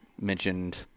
mentioned